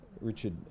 Richard